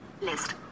List